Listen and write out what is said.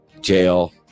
Jail